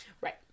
Right